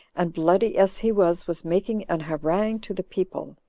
and, bloody as he was, was making an harangue to the people.